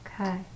Okay